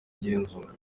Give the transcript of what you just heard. igenzura